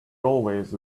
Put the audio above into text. always